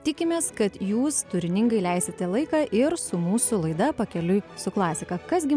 tikimės kad jūs turiningai leisite laiką ir su mūsų laida pakeliui su klasika kas gi